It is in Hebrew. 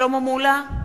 שלמה מולה,